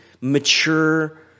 mature